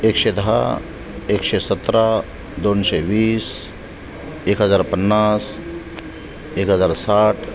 एकशे दहा एकशे सतरा दोनशे वीस एक हजार पन्नास एक हजार साठ